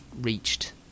reached